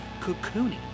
cocooning